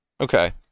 Okay